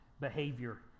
behavior